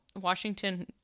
Washington